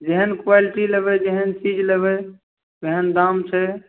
जेहन क्वालिटी लेबै जेहन चीज लेबै ओहन दाम छै